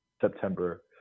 September